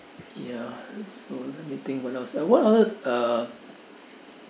ya so let me think what else what other uh